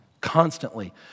constantly